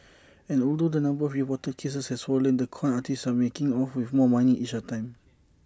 and although the number of reported cases has fallen the con artists are making off with more money each time